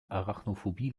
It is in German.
arachnophobie